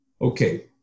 Okay